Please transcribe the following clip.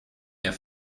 der